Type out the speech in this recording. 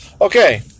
Okay